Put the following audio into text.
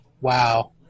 Wow